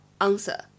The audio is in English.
answer